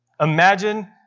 Imagine